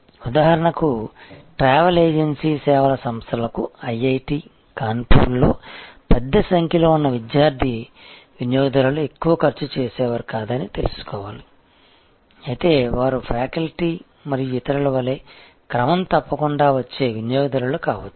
ఉదాహరణకు travel agency సేవల సంస్థలకు ఐఐటి కాన్పూర్ లో పెద్ద సంఖ్యలో ఉన్న విద్యార్థి వినియోగదారులు ఎక్కువ ఖర్చు చేసేవారు కాదని తెలుసుకోవాలి అయితే వారు ఫ్యాకల్టీ మరియు ఇతరుల వలె క్రమం తప్పకుండా వచ్చే వినియోగదారులు కావచ్చు